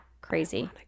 crazy